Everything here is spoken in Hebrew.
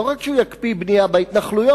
לא רק שהוא יקפיא בנייה בהתנחלויות,